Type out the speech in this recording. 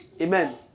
Amen